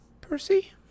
Percy